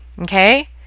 Okay